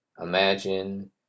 imagine